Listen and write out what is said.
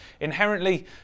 Inherently